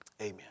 Amen